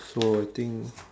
so I think